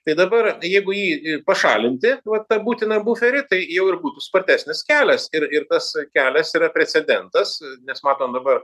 tai dabar jeigu jį pašalinti vat tą būtiną buferį tai jau ir būtų spartesnis kelias ir ir tas kelias yra precedentas nes matom dabar